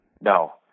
No